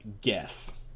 Guess